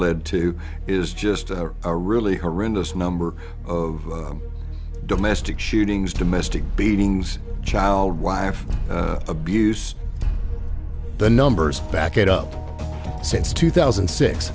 led to is just a really horrendous number of domestic shootings to mystic beatings child wire abuse the numbers back it up since two thousand